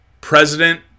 President